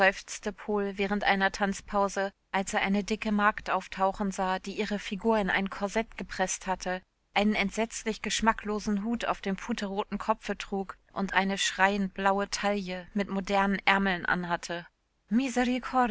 während einer tanzpause als er eine dicke magd auftauchen sah die ihre figur in ein korsett gepreßt hatte einen entsetzlich geschmacklosen hut auf dem puterroten kopfe trug und eine schreiend blaue taille mit modernen ärmeln anhatte